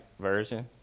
version